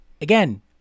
Again